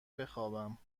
بخوابم